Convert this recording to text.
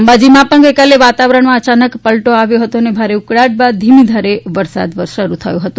અંબાજીમાં ગઇકાલે વાતાવરણમાં અયાનક પલટો આવ્યો હતો અને ભારે ઉકળાટ બાદ ધીમેધારે વરસાદ શરૂ થયો હતો